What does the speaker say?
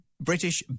British